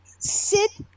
Sit